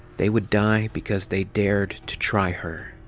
they would die because they dared to try her.